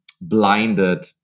blinded